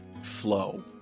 flow